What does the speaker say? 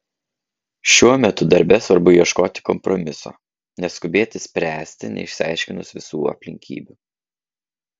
šiuo metu darbe svarbu ieškoti kompromiso neskubėti spręsti neišsiaiškinus visų aplinkybių